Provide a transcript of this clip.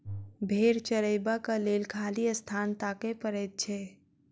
भेंड़ चरयबाक लेल खाली स्थान ताकय पड़ैत छै